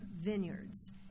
vineyards